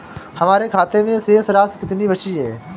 हमारे खाते में शेष राशि कितनी बची है?